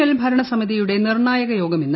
L ഭരണസമിതിയുടെ നിർണായക യോഗം ഇന്ന്